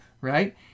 right